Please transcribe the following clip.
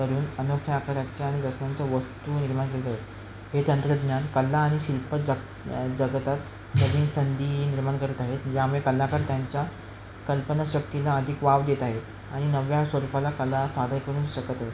करून अनोख्या आकाराच्या आणि रचनांच्या वस्तू निर्माण करीत आहेत हे तंत्रज्ञान कला आणि शिल्प जग जगतात नवीन संधी निर्माण करत आहेत यामुळे कलाकार त्यांच्या कल्पनाशक्तीला अधिक वाव देत आहेत आणि नव्या स्वरूपाला कला सादर करू शकत आहे